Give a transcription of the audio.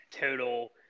total